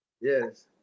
Yes